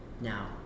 Now